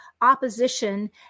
opposition